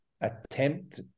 attempt